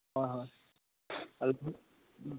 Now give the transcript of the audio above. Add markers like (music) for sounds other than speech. হয় (unintelligible)